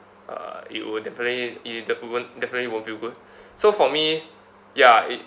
uh it will definitely it defi~ won't definitely won't feel good so for me ya it